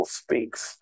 speaks